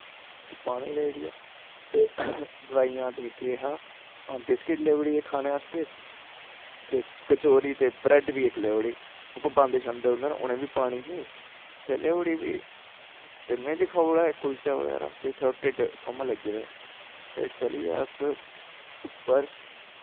पानी लेई ओड़ेआ ते पानी ते केह् हा बिस्किट लेई ओड़ी खाने आस्तै ते कचोरी ते ब्रैड बी इक लेई ओड़ी बंद शंद पादी ही ते लेई ओड़ी ते में बी खाई ओड़ेआ इक कुल्चा ते ढिड सुम्म लग्गी गेआ ते चली गे अस उप्पर